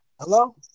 Hello